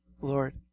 Lord